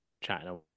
chatting